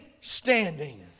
standing